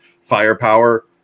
firepower